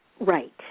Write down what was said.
Right